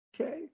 Okay